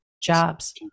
jobs